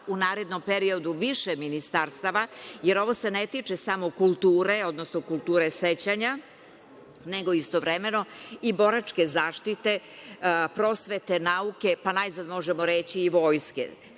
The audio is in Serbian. u narednom periodu više ministarstava, jer ovo se ne tiče samo kulture, odnosno kulture sećanja, nego istovremeno i boračke zaštite, prosvete, nauke, pa najzad, možemo reći i vojske,